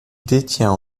détient